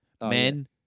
men